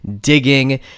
digging